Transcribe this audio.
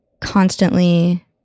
constantly